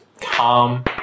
Calm